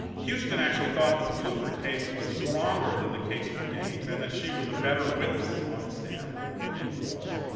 houston actually thought that the bluford case was stronger than the case for gaines and that she was a better witness on the stand than lloyd gaines was.